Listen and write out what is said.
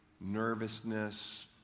nervousness